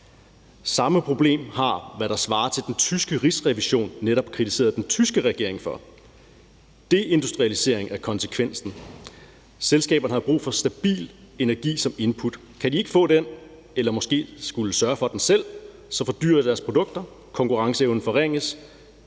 Samme problem har den tyske rigsrevision netop kritiseret den tyske regering for. Deindustrialisering er konsekvensen. Selskaberne har brug for stabil energi som input. Kan de ikke få den, eller skal de måske sørge for den selv, fordyrer det deres produkter, konkurrenceevnen forringes,